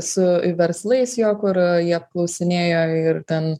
su verslais jo kur jie apklausinėjo ir ten